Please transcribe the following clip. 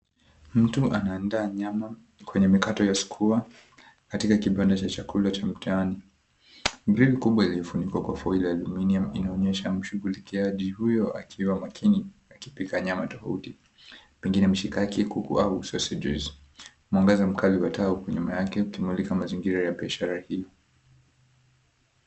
Mtu anaandaa nyama kwenye mikato ya sukua katika kibanda cha chakula cha mtaani. Grili kubwa imefunikwa kwa foila ya aluminum inaonyesha mshughulikiaji huyo akiwa makini alipika nyama tofauti; pengine mshikaki, kuku au sausages . Mwangaza mkubwa wa taa uko nyuma yake ukimulika mazingira ya biashara hii.